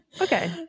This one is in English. okay